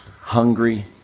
hungry